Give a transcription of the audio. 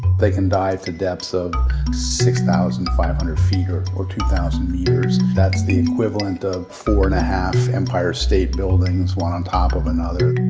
they can dive to depths of six thousand five hundred feet or or two thousand meters. that's the equivalent of and a half empire state buildings one on top of another.